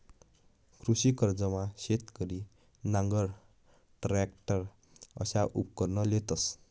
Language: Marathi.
कृषी कर्जमा शेतकरी नांगर, टरॅकटर अशा उपकरणं लेतंस